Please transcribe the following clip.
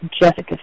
Jessica